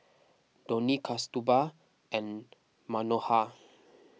Dhoni Kasturba and Manohar